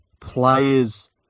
players